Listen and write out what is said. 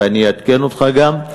ואני אעדכן אותך גם,